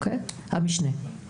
המשנה.